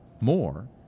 more